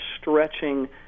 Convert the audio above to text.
stretching